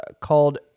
called